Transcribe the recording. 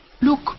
Look